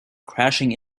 crashing